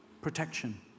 protection